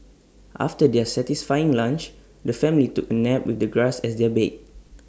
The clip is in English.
after their satisfying lunch the family took A nap with the grass as their bed